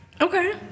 okay